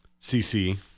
cc